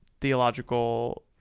theological